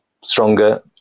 stronger